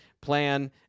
plan